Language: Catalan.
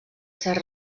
ser